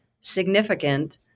significant